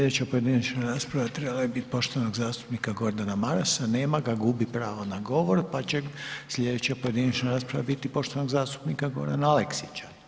Slijedeća pojedinačna rasprava trebala je biti poštovanog zastupnika Gordana Marasa, nema ga, gubi pravo na govor pa će slijedeća pojedinačna rasprava biti poštovanog zastupnika Gorana Aleksića.